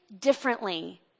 differently